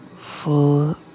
full